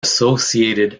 associated